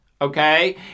okay